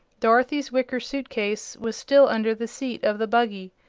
dorothy's wicker suit-case was still under the seat of the buggy,